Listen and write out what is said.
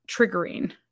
triggering